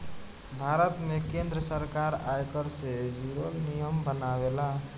भारत में केंद्र सरकार आयकर से जुरल नियम बनावेला